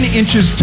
inches